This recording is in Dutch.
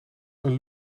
een